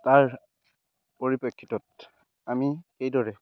তাৰ পৰিপ্ৰেক্ষিতত আমি সেইদৰে